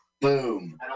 Boom